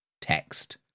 text